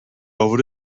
over